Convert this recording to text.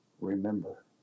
remember